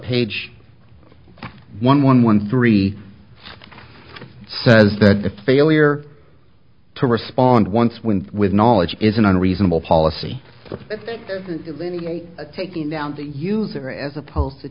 page one one one three says that the failure to respond once went with knowledge is an unreasonable policy of taking down the user as opposed to